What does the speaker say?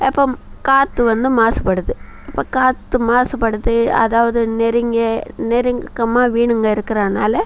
அப்போ காற்று வந்து மாசுப்படுது இப்போ காற்று மாசுப்படுது அதாவது நெருங்கிய நெருக்கமான வீடுங்கள் இருக்கிறதனால